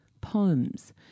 poems